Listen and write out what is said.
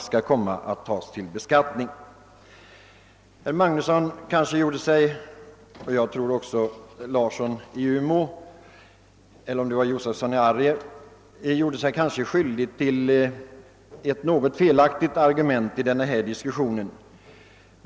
Herr Magnusson i Borås gjorde sig liksom herr Josefson i Arrie skyldig till ett något felaktigt argument i denna diskussion.